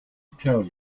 tell